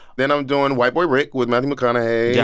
then i'm doing white boy rick with matthew mcconaughey, yeah